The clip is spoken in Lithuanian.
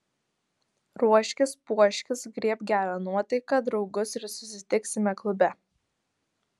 ruoškis puoškis griebk gerą nuotaiką draugus ir susitiksime klube